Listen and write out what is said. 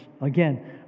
Again